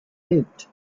lived